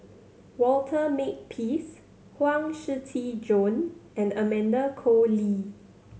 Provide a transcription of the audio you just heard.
Walter Makepeace Huang Shiqi Joan and Amanda Koe Lee